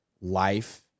life